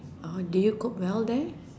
oh did you cope well there